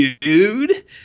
dude